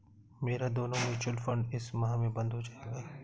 मेरा दोनों mutual fund इस माह में बंद हो जायेगा